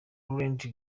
laurence